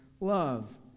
love